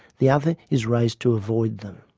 the other is raised to avoid them.